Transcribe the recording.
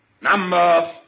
Number